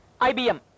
ibm